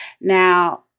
Now